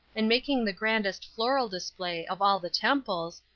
and making the grandest floral display of all the temples,